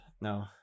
no